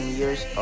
years